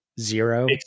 zero